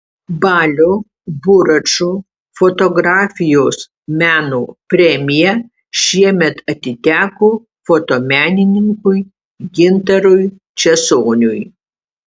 balio buračo fotografijos meno premija šiemet atiteko fotomenininkui gintarui česoniui